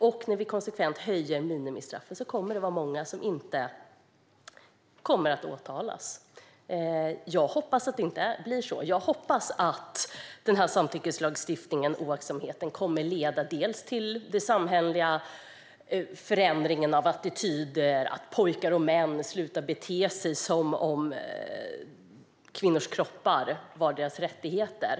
Och när vi konsekvent höjer minimistraffet kommer det att vara många som inte kommer att åtalas. Jag hoppas att det inte blir så. Jag hoppas att denna samtyckeslagstiftning - och detta med oaktsamheten - kommer att leda till en samhällelig förändring av attityder och att pojkar och män slutar bete sig som om kvinnors kroppar är deras rättigheter.